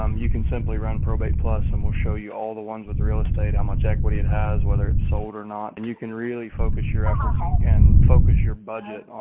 um you can simply run probate plus, and we'll show you all the ones with real estate, how much equity it has, whether it's sold or not, and you can really focus your effort and focus your budget.